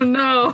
no